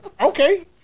Okay